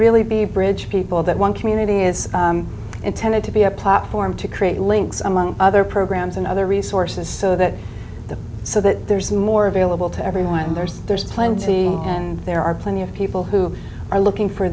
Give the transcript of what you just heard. really be a bridge people that one community is intended to be a platform to create links among other programs and other resources so that the so that there's more available to everyone and there's there's plenty and there are plenty of people who are looking for